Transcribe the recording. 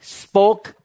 spoke